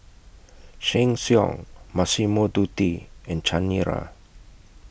Sheng Siong Massimo Dutti and Chanira